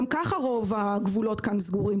גם ככה רוב הגבולות כאן סגורים.